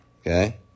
Okay